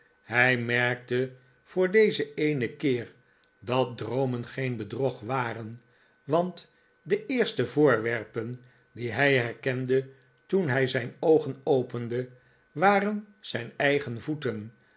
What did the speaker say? hij merkte voor dezen eenen keer dat droomen geen bedrog waren want de eerste voorwerpen die hij herkende toen hij zijn oogen opende waren zijn eigen voeten